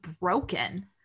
broken